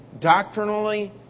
doctrinally